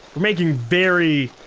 we're making very,